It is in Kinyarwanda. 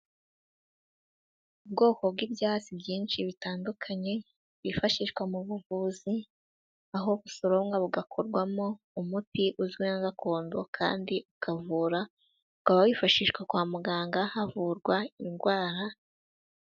Ubwoko bw'ibyatsi byinshi bitandukanye byifashishwa mu buvuzi, aho busoromwa bugakorwamo umuti uzwi nka gakondo kandi ukavura, ukaba wifashishwa kwa muganga havurwa indwara